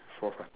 fourth one